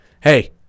hey